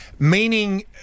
Meaning